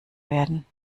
werden